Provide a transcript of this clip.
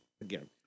again